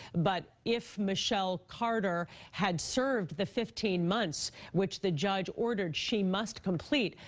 but if michelle carter had served the fifteen months which the judge ordered she must complete,